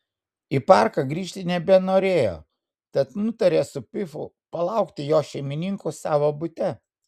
į parką grįžti nebenorėjo tad nutarė su pifu palaukti jo šeimininkų savo bute